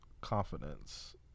confidence